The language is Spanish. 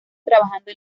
trabajando